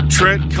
Trent